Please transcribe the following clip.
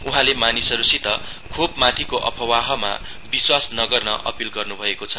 उहाँले मानिसहरूसित खोपमाथिको अफवाहमा विश्वास नगर्न अपील गर्नुभएको छ